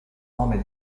nome